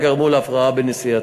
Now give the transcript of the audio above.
וגרמו להפרעה בנסיעתה.